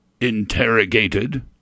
interrogated